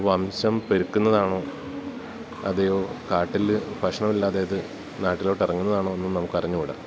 വംശം പെരുക്കുന്നതാണോ അതെയോ കാട്ടിൽ ഭക്ഷണം ഇല്ലാതെ അത് നാട്ടിലോട്ട് ഇറങ്ങുന്നതാണോ ഒന്നും നമുക്ക് അറിഞ്ഞൂട